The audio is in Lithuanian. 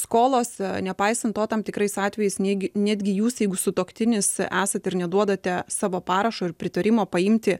skolos nepaisant to tam tikrais atvejais netgi netgi jūs jeigu sutuoktinis esate ir neduodate savo parašo ir pritarimo paimti